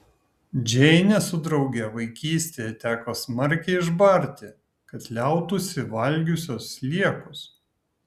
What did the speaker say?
džeinę su drauge vaikystėje teko smarkiai išbarti kad liautųsi valgiusios sliekus